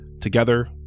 Together